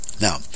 Now